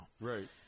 Right